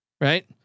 Right